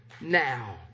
now